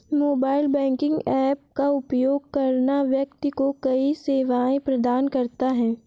mobile banking app का उपयोग करना व्यक्ति को कई सेवाएं प्रदान करता है